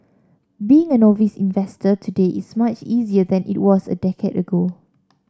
being an novice investor today is much easier than it was a decade ago